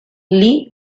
lee